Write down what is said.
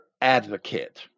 advocate